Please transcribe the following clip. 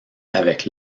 avec